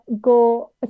go